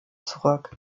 zurück